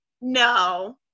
no